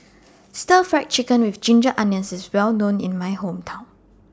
Stir Fried Chicken with Ginger Onions IS Well known in My Hometown